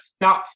Now